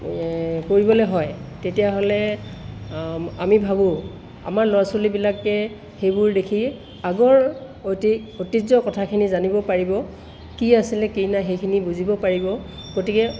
কৰিবলৈ হয় তেতিয়াহ'লে আমি ভাবোঁ আমাৰ ল'ৰা ছোৱালীবিলাকে সেইবোৰ দেখি আগৰ অতী ঐতিহ্যৰ কথাবোৰ জানিব পাৰিব কি আছিলে কি নাই সেইখিনি বুজিব পাৰিব গতিকে